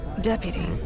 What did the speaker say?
Deputy